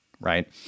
right